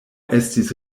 estis